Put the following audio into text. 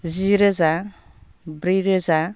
जिरोजा ब्रैरोजा